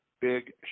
Big